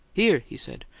here! he said.